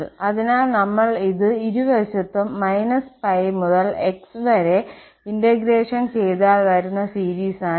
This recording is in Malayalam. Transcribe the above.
അതിനാൽ നമ്മൾ ഇത് ഇരുവശത്തും −π മുതൽ x വരെ ഇന്റഗ്രേഷൻ ചെയ്താൽ വരുന്ന സീരീസാണ് ഇത്